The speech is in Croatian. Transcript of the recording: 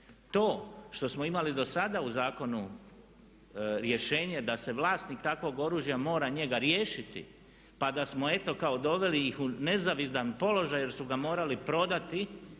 To što smo imali do sada u zakonu rješenje da se vlasnik takvog oružja mora njega riješiti pa da smo eto kako doveli ih u nezavidan položaj jer su ga morali prodati